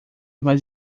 mais